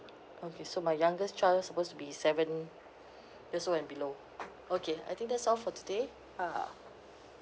okay so my youngest child's supposed to be seven years old and below okay I think that's all for today ah